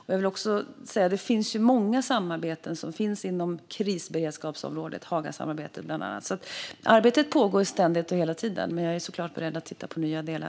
Det finns för övrigt många samarbeten inom krisberedskapsområdet, bland annat Hagasamarbetet. Arbetet pågår som sagt hela tiden, men jag är också beredd att titta på nya delar.